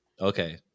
Okay